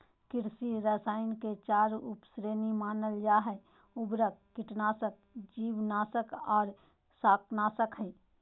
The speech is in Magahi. कृषि रसायन के चार उप श्रेणी मानल जा हई, उर्वरक, कीटनाशक, जीवनाशक आर शाकनाशक हई